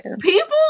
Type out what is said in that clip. people